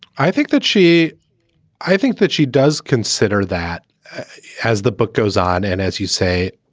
i think that she i think that she does consider that as the book goes on and as you say,